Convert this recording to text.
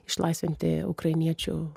išlaisvinti ukrainiečių